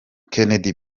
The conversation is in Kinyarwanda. kennedy